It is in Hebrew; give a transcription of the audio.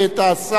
את השר,